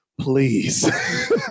Please